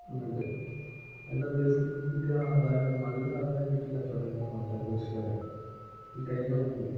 എന്നങ്ങോട്ട് അതിൻ്റെ കിട്ടിയ ആദായം എന്നു പറഞ്ഞാൽ നല്ല ആദായം കിട്ടിയ കച്ചോടമായിരുന്നു മൊത്തത്തിൽ ഈ കഴിഞ്ഞ നോമ്പിൽ